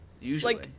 usually